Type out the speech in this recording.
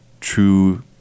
true